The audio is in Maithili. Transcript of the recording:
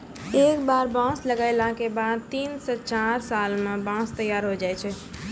एक बार बांस लगैला के बाद तीन स चार साल मॅ बांंस तैयार होय जाय छै